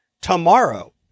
tomorrow